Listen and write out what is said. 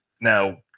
Now